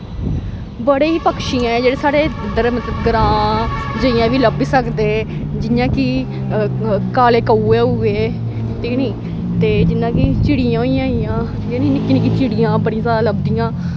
बड़े पक्षी ऐ जेह्ड़े साढ़े इध्दर मतलव ग्रांऽ जियां बी लब्भी सकदे जियां कि काले काऊए होईये ठीक ऐ नी जियां चिड़ियां होई गेईयां जेह्निक्की निक्की चिड़ियां बड़ियां लब्भदियां